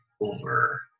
over